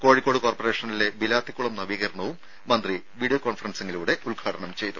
കോഴിക്കോട് കോർപ്പറേഷനിലെ ബിലാത്തിക്കുളം നവീകരണവും മന്ത്രി വീഡിയോ കോൺഫറൻസിലൂടെ ഉദ്ഘാടനം ചെയ്തു